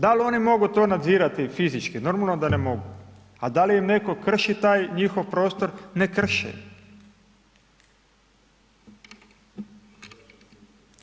Da li oni to mogu nadzirati fizički, normalno da ne mogu, a da li im netko krši taj njihov prostor, ne krši im.